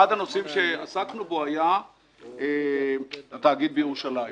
אחד הנושאים שעסקנו בהם היה התאגיד בירושלים.